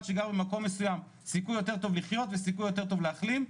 שגר במקום מסוים סיכוי יותר טוב לחיות וסיכוי יותר טוב להחלים?